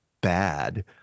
bad